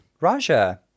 Raja